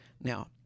Now